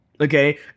Okay